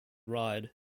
ride